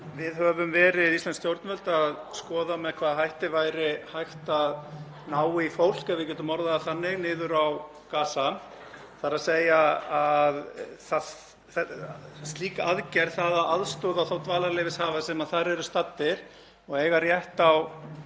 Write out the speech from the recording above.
við höfum verið, íslensk stjórnvöld, að skoða með hvaða hætti væri hægt að ná í fólk, ef við getum orðað það þannig, niður á Gaza, þ.e. að slík aðgerð, það að aðstoða þá dvalarleyfishafa sem þar eru staddir og eiga rétt á